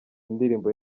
indirimbo